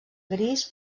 gris